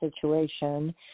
situation